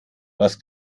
was